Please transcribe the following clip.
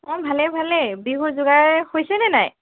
অঁ ভালেই ভালেই বিহুৰ যোগাৰ হৈছেনে নাই